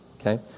okay